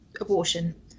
abortion